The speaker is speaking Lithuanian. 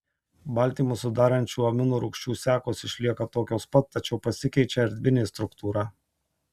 baltymus sudarančių amino rūgčių sekos išlieka tokios pat tačiau pasikeičia erdvinė struktūra